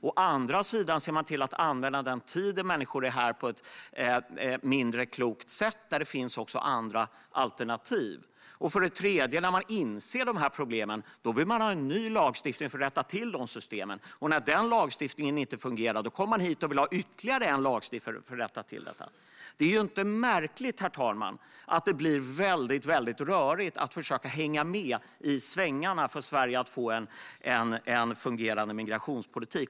För det andra ser man till att använda den tid som människor är här på ett mindre klokt sätt, trots att det finns andra alternativ. Och för det tredje vill man, när man inser de här problemen, ha en ny lagstiftning för att rätta till de systemen. Och när den lagstiftningen inte fungerar kommer man hit och vill ha ytterligare lagstiftning för att rätta till det. Herr talman! Det är inte märkligt att det blir väldigt rörigt för den som ska försöka hänga med i svängarna när det gäller hur Sverige ska få en fungerande migrationspolitik.